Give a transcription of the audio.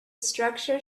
structure